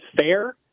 fair